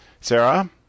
Sarah